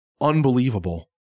Unbelievable